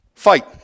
fight